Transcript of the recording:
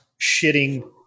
shitting